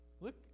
Look